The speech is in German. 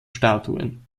statuen